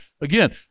Again